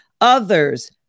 others